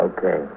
Okay